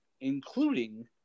Including